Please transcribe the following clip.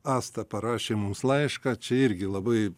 asta parašė mums laišką čia irgi labai